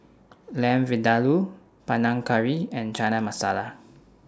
Lamb Vindaloo Panang Curry and Chana Masala